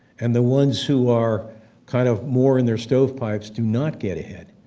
and the ones who are kind of more in their stovepipes do not get ahead.